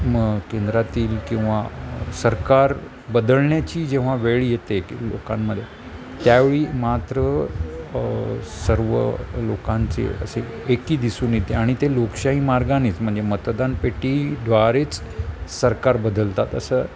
म केंद्रातील किंवा सरकार बदलण्याची जेव्हा वेळ येते लोकांमदे त्यावेळी मात्र सर्व लोकांचे असे एकी दिसून येते आणि ते लोकशाही मार्गानेच म्हणजे मतदानपेटीद्वारेच सरकार बदलतात असं